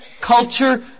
culture